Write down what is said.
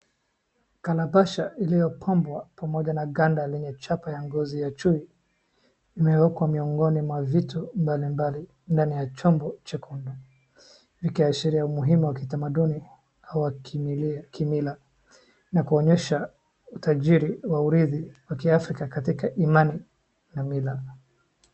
Calabash iliyopambwa pamoja na ganda lenye chapa ya ngozi ya chui imewekwa miongoni mwa vitu mbalimbali ndani ya chombo chekundu, vikiashiria umuhimu wa kitamaduni au kimila na kuonyesha utajiri wa urithi wa Kiafrika katika imani na mila.